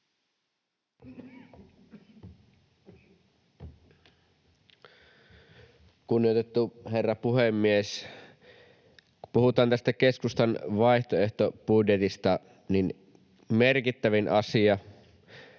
Kunnioitettu herra puhemies! Kun puhutaan tästä keskustan vaihtoehtobudjetista, niin merkittävin asia